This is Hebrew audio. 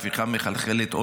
ההפיכה מחלחלת.